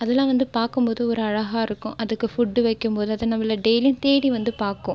அதுலாம் வந்து பார்க்கும் போது ஒரு அழகாக இருக்கும் அதுக்கு ஃபுட் வைக்கும் போது அது நம்மளை டெய்லியும் தேடி வந்து பார்க்கும்